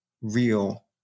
real